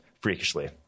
freakishly